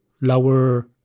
lower